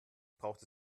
braucht